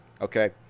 okay